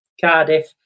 Cardiff